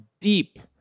deep